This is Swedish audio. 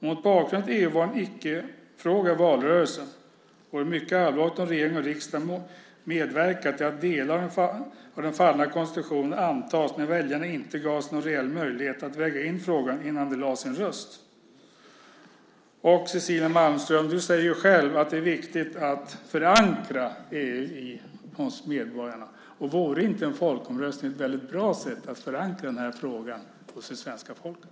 Mot bakgrund av att EU var en icke-fråga i valrörelsen är det mycket allvarligt om regering och riksdag medverkar till att delar av den fallna konstitutionen antas när väljarna inte gavs någon reell möjlighet att väga in frågan innan de lade sin röst. Du säger själv, Cecilia Malmström, att det är viktigt att förankra EU hos medborgarna. Vore inte en folkomröstning ett väldigt bra sätt att förankra den här frågan hos svenska folket?